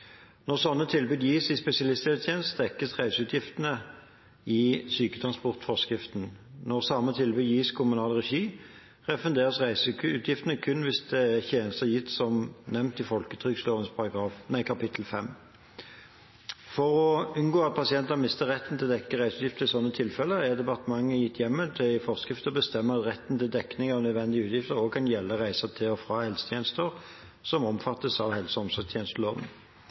Når sånne tilbud gis i spesialisthelsetjenesten, dekkes reiseutgiftene etter syketransportforskriften. Når samme tilbud gis i kommunal regi, refunderes reiseutgiftene kun hvis det er gitt tjenester som nevnt i folketrygdloven kapittel 5. For å unngå at pasienter mister retten til å få dekket reiseutgifter i sånne tilfeller, er departementet gitt hjemmel til i forskrift å bestemme at retten til dekning av nødvendige utgifter også kan gjelde reiser til og fra helsetjenester som omfattes av helse- og omsorgstjenesteloven.